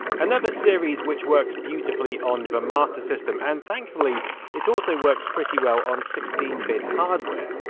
another series which works beautifully on the master system, and thankfully it also works pretty well on sixteen bit hardware.